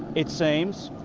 it seems,